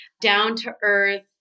down-to-earth